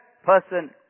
person